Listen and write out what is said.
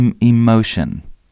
emotion